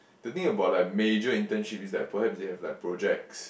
the thing about like major internship is like perhaps they have like projects